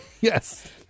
Yes